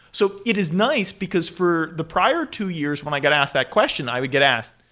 so it is nice, because for the prior two years when i got asked that question, i would get asked,